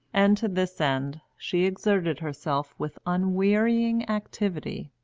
and to this end she exerted herself with unwearying activity.